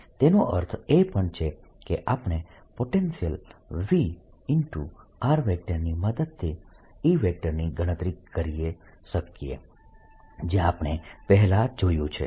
તેનો અર્થ એ પણ છે કે આપણે પોટેન્શિયલ V ની મદદથી E ની ગણતરી કરી શકીએ જે આપણે પહેલા જોયું છે